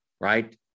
right